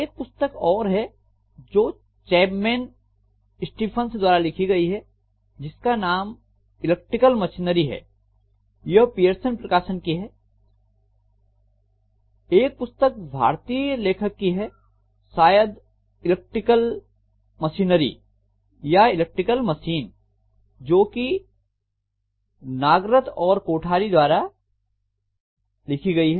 एक पुस्तक और है जो चैपमैन स्टीफंस द्वारा लिखी गई है जिसका नाम इलेक्ट्रिकल मशीनरी है यह पीयरसन प्रकाशन की है एक पुस्तक भारतीय लेखक की है शायद इलेक्ट्रिक मशीनरी या इलेक्ट्रिकल मशीन जो कि नागरथ और कोठारी द्वारा लिखी गई है